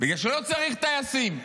בגלל שלא צריך טייסים.